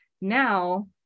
Now